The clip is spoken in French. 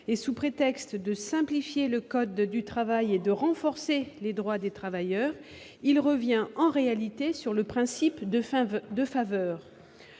an. Sous prétexte de simplifier le code du travail et de renforcer les droits des travailleurs, cet alinéa revient en réalité sur le principe de faveur.